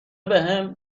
بهم